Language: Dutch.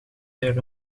zeer